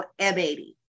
M80